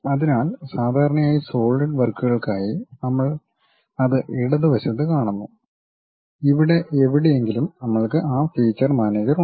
അതിനാൽ സാധാരണയായി സോളിഡ് വർക്കുകൾക്കായി നമ്മൾ അത് ഇടത് വശത്ത് കാണുന്നു ഇവിടെ എവിടെയെങ്കിലും നമ്മൾക്ക് ആ ഫീച്ചർ മാനേജർ ഉണ്ട്